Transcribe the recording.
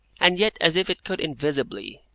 and yet as if it could invisibly,